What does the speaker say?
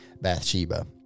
Bathsheba